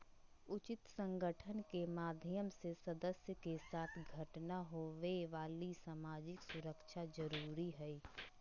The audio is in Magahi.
उचित संगठन के माध्यम से सदस्य के साथ घटना होवे वाली सामाजिक सुरक्षा जरुरी हइ